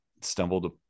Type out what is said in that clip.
stumbled